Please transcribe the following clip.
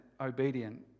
obedient